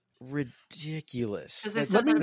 Ridiculous